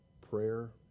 prayer